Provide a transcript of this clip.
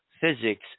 physics